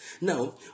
Now